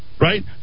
right